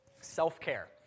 self-care